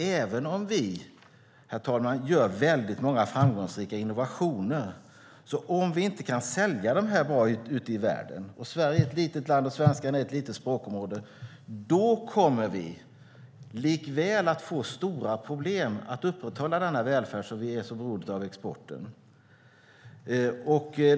Även om vi gör väldigt många framgångsrika innovationer, herr talman, är det så att om vi inte kan sälja dem bra ute i världen - Sverige är ett litet land, och svenskan är ett litet språkområde - kommer vi att få stora problem att upprätthålla denna välfärd som är så beroende av exporten.